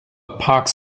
pox